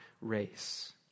race